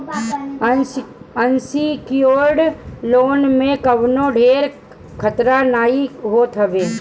unsecured loan में कवनो ढेर खतरा नाइ होत हवे